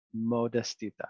modestita